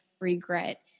regret